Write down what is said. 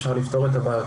אפשר לפתור את הבעיות,